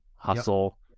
hustle